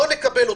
לא נקבל אותו.